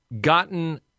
gotten